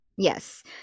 Yes